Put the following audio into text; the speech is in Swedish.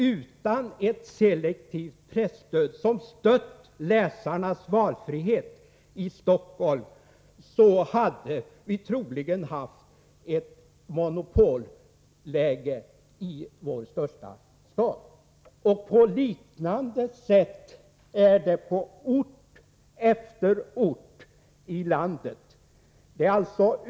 Utan ett selektivt presstöd, som stött läsarnas valfrihet i Stockholm, hade vi troligen haft ett monopolläge i vår största stad. Och på liknande sätt är det på ort efter ort i landet.